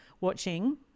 watching